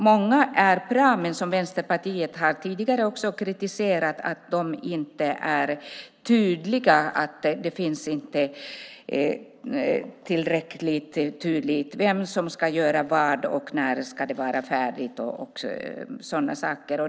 Men Vänsterpartiet har tidigare kritiserat att de inte är tydliga. Det är inte tillräckligt tydligt vem som ska göra vad, när det ska vara färdigt och sådana saker.